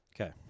Okay